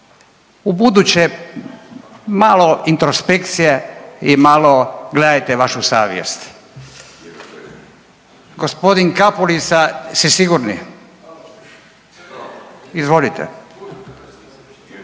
ubuduće malo introspekcije i malo gledajte vašu savjest. Gospodin Kapulica ste sigurni, izvolite.